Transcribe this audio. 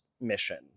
mission